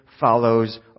follows